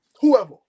whoever